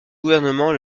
gouvernement